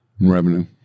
revenue